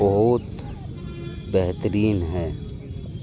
بہت بہترین ہے